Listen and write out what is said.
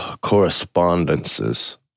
correspondences